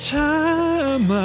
time